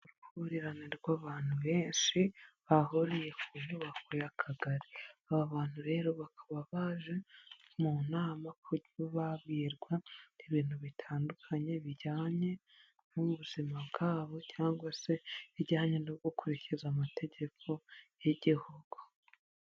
Uruhurirane rw'abantu benshi, bahuriye ku nyubako y'Akagari, aba bantu rero bakaba baje mu nama ku buryo babirwa, ibintu bitandukanye bijyanye n'ubuzima bwabo, cyangwa se bijyanye no gukurikiza amategeko y'igihugu.